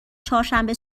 چهارشنبه